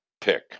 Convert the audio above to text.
pick